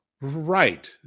Right